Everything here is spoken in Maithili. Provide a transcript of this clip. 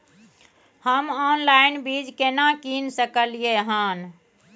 हम ऑनलाइन बीज केना कीन सकलियै हन?